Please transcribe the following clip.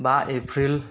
बा एप्रिल